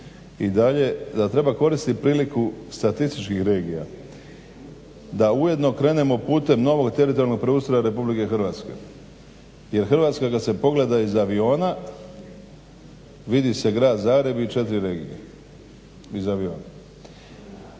i dalje da treba koristit priliku statističkih regija da ujedno krenemo putem novog teritorijalnog preustroja Republike Hrvatske jer Hrvatska kad se pogleda iz aviona vidi se Grad Zagreb i četiri regije, iz aviona.